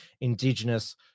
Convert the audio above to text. Indigenous